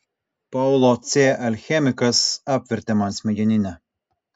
paulo c alchemikas apvertė man smegeninę